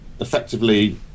effectively